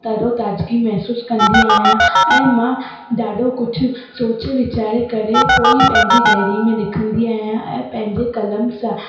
तरोताज़गी महिसूस कंदी आहियां ऐं मां ॾाढो कुझु सोच वीचारे करे पोई पंहिंजी डेयरी में लिखंदी आहियां ऐं पंहिंजे क़लमु सां